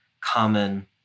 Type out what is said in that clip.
common